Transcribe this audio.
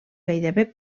gairebé